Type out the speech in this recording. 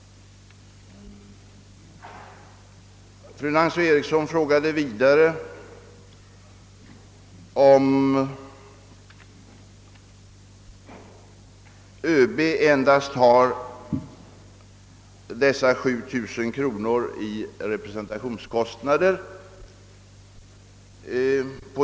Vidare frågade fru Eriksson om ÖB bara har de angivna 7 000 kronorna för täckande av representationskostnader.